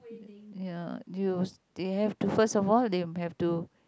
ya you they have to first of all they have to